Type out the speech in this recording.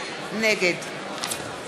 נגד